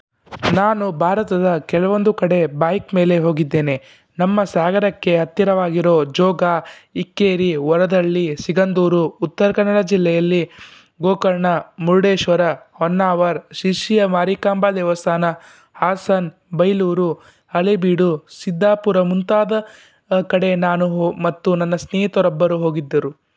ನಾನು ಭಾರತದ ಕೆಲವೊಂದು ಕಡೆ ಬಾಯ್ಕ್ ಮೇಲೆ ಹೋಗಿದ್ದೇನೆ ನಮ್ಮ ಸಾಗರಕ್ಕೆ ಹತ್ತಿರವಾಗಿರೋ ಜೋಗ ಇಕ್ಕೇರಿ ವರದಹಳ್ಳಿ ಸಿಗಂದೂರು ಉತ್ತರ ಕನ್ನಡ ಜಿಲ್ಲೆಯಲ್ಲಿ ಗೋಕರ್ಣ ಮುರುಡೇಶ್ವರ ಹೊನ್ನಾವರ ಶಿರ್ಸಿಯ ಮಾರಿಕಾಂಬಾ ದೇವಸ್ಥಾನ ಹಾಸನ ಬೇಲೂರು ಹಳೇಬೀಡು ಸಿದ್ದಾಪುರ ಮುಂತಾದ ಕಡೆ ನಾನು ಹೋ ಮತ್ತು ನನ್ನ ಸ್ನೇಹಿತರೊಬ್ಬರು ಹೋಗಿದ್ದರು